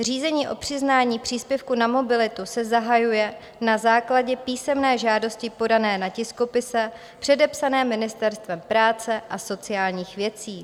Řízení o přiznání příspěvku na mobilitu se zahajuje na základě písemné žádosti podané na tiskopise předepsaném Ministerstvem práce a sociálních věcí.